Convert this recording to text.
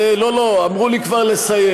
לא, לא, אמרו לי כבר לסיים.